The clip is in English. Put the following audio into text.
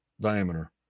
diameter